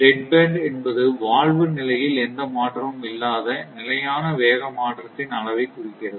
dead band என்பது valve நிலையில் எந்த மாற்றமும் இல்லாத நிலையான வேக மாற்றத்தின் அளவை குறிக்கிறது